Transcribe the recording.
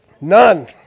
None